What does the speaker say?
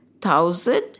thousand